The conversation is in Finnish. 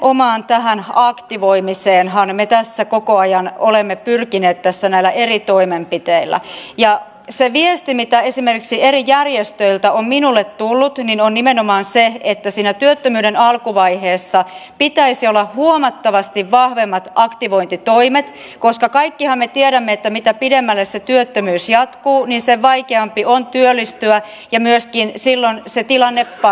nimenomaan tähän aktivoimiseenhan me tässä koko ajan olemme pyrkineet näillä eri toimenpiteillä ja se viesti mitä esimerkiksi eri järjestöiltä on minulle tullut on nimenomaan se että siinä työttömyyden alkuvaiheessa pitäisi olla huomattavasti vahvemmat aktivointitoimet koska kaikkihan me tiedämme että mitä pidemmälle se työttömyys jatkuu niin sen vaikeampi on työllistyä ja myöskin silloin se tilanne passivoi